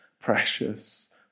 precious